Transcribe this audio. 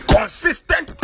consistent